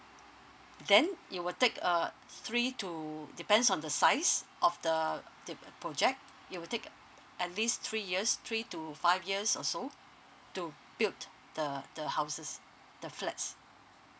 then it will take err three to depends on the size of the the project it will take at least three years three to five years also to build the the houses the flats